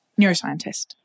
neuroscientist